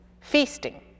feasting